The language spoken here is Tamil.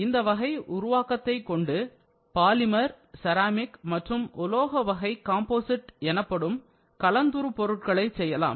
இந்தவகை உருவாக்கத்தை கொண்டு பாலிமர் செராமிக் மற்றும் உலோக வகை காம்போசிட் எனப்படும் கலந்துரு பொருட்களை செய்யலாம்